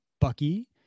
Bucky